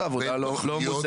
תכנית העבודה לא מוצגת.